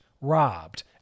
robbed